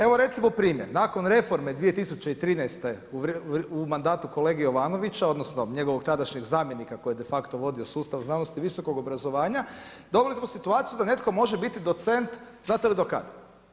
Evo recimo primjer, nakon reforme 2013. u mandatu kolege Jovanovića, odnosno njegovog tadašnjeg zamjenika koji je de facto vodio sustav znanosti i visokog obrazovanja dobili smo situaciju da netko može biti docent, znate li do kad?